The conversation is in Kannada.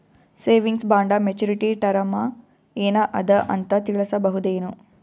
ಸೇವಿಂಗ್ಸ್ ಬಾಂಡ ಮೆಚ್ಯೂರಿಟಿ ಟರಮ ಏನ ಅದ ಅಂತ ತಿಳಸಬಹುದೇನು?